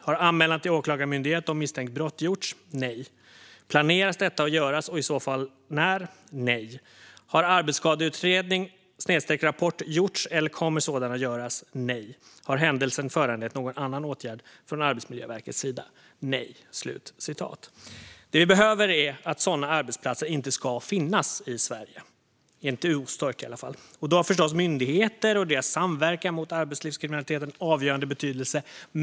Har anmälan till åklagarmyndighet om misstänkt brott gjorts? Nej. Planeras detta att göras och i så fall när? Nej. Har arbetsskadeutredning/rapport gjorts eller kommer sådan att göras? Nej. Har händelsen föranlett någon annan åtgärd från Arbetsmiljöverkets sida? Nej. Det vi behöver är att sådana arbetsplatser inte ska finnas i Sverige, inte ostörda i alla fall. Då har förstås myndigheter och deras samverkan mot arbetslivskriminalitet en avgörande betydelse.